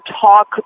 talk